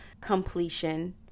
completion